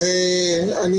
אני